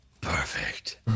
Perfect